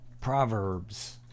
Proverbs